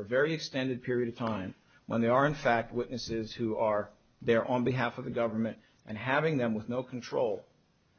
a very extended period of time when they are in fact witnesses who are there on behalf of the government and having them with no control